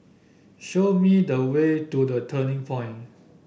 show me the way to The Turning Point